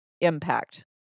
impact